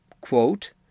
quote